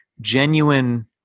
genuine